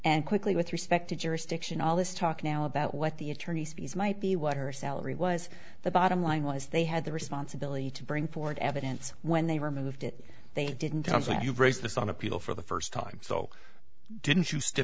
and quickly with respect to jurisdiction all this talk now about what the attorney's fees might be what her salary was the bottom line was they had the responsibility to bring forward evidence when they removed it they didn't tell us what you've raised this on appeal for the first time so didn't